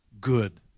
good